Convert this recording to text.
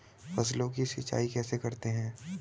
फसलों की सिंचाई कैसे करते हैं?